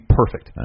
perfect